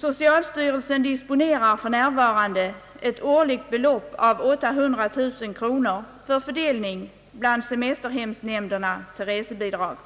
Socialstyrelsen disponerar för närvarande ett årligt belopp av 800 000 kronor för fördelning bland semesterhemsnämnderna som resebidrag.